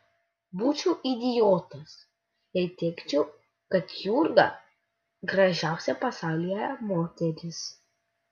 būčiau idiotas jei teigčiau kad jurga gražiausia pasaulyje moteris